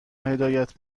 هدایت